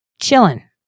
chilling